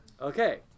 Okay